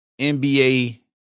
NBA